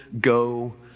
go